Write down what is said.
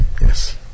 Yes